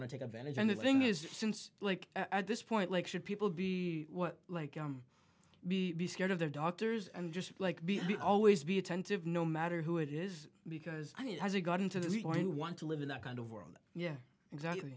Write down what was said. to take advantage and the thing is since like at this point like should people be like be scared of their doctors and just like be always be attentive no matter who it is because i mean has it got into the want to live in that kind of world yeah exactly